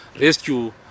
rescue